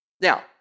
Now